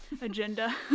agenda